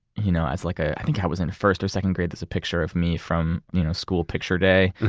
you know i like i think i was in first or second grade, there's a picture of me from you know school picture day,